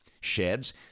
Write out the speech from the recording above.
Sheds